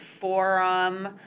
forum